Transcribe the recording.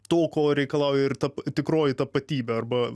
to ko reikalauja ir ta tikroji tapatybė arba